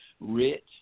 rich